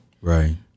Right